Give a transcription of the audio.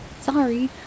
sorry